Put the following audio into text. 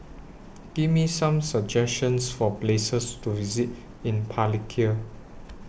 Give Me Some suggestions For Places to visit in Palikir